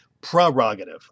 prerogative